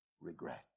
regret